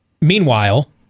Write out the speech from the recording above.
meanwhile